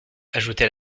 ajoutait